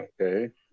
Okay